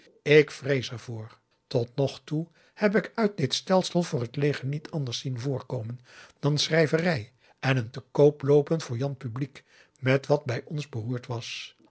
ik vrees er voor tot nog toe heb ik uit dit stelsel voor het leger niet anders zien voorkomen dan schrijverij en een te koop loopen voor jan publiek met wat bij ons beroerd was